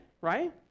right